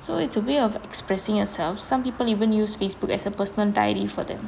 so it's a way of expressing yourself some people even use facebook as a personal diary for them